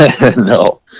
no